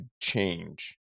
change